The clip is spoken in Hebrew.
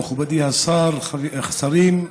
מכובדיי השרים,